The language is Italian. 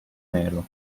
nero